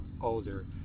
older